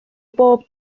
bob